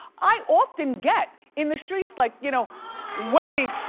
i often get in the streets like, you know wendy.